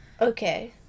Okay